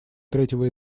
третьего